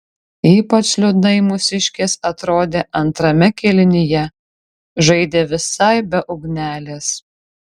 ypač liūdnai mūsiškės atrodė antrame kėlinyje žaidė visai be ugnelės